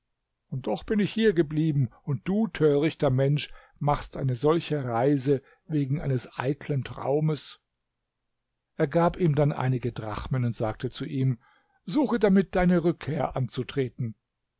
und doch bin ich hier geblieben und du törichter mensch machst eine solche reise wegen eines eitlen traumes er gab ihm dann einige drachmen und sagte ihm suche damit deine rückkehr anzutreten